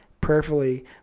Prayerfully